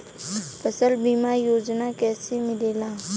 फसल बीमा योजना कैसे मिलेला?